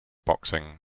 boxing